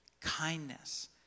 Kindness